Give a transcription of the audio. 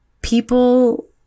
people